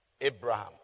Abraham